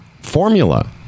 formula